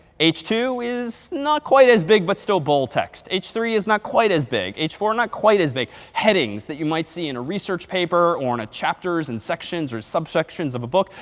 h two is not quite as big, but still bold text. h three is not quite as big. h four not quite as big. headings that you might see in a research paper or in the ah chapters and sections or subsections of a book.